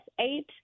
eight